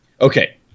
Okay